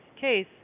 case